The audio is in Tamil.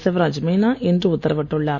சிவராஜ் மீனா இன்று உத்தரவிட்டுள்ளார்